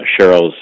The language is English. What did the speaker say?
Cheryl's